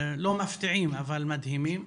לא מפתיעים, אבל מדהימים.